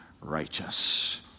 righteous